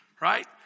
right